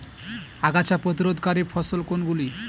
আগাছা প্রতিরোধকারী ফসল কোনগুলি?